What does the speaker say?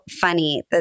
funny